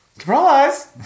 Surprise